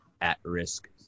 at-risk